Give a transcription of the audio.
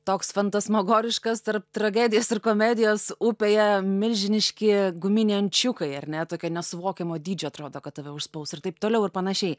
toks fantasmagoriškas tarp tragedijos ir komedijos upėje milžiniški guminiai ančiukai ar ne tokio nesuvokiamo dydžio atrodo kad tave užspaus ir taip toliau ir panašiai